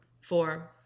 Four